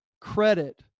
credit